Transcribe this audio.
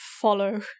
follow